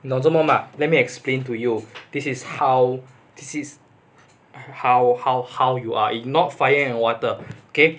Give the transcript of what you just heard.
你懂做么吗 let me explain to you this is how this is how how how you are not fire and water K